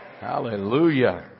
Hallelujah